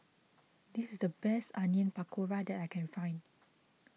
this is the best Onion Pakora that I can find